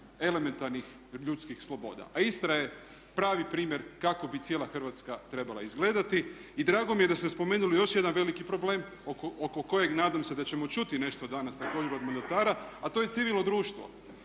elementarnih ljudskih sloboda. A Istra je pravi primjer kako bi cijela Hrvatska trebala izgledati. I drago mi je da ste spomenuli još jedan veliki problem oko kojeg nadam se da ćemo čuti nešto danas također od mandatara a to je civilno društvo.